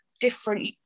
different